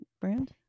brand